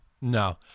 No